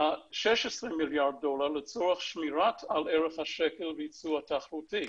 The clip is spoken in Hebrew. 16 מיליארד דולר לצורך שמירת ערך השקל והיצוא התחרותי.